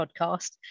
podcast